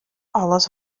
alles